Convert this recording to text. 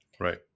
Right